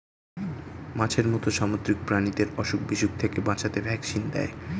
মাছের মত সামুদ্রিক প্রাণীদের অসুখ বিসুখ থেকে বাঁচাতে ভ্যাকসিন দেয়